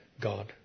God